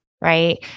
Right